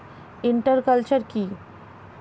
Inter culture কি?